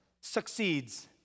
succeeds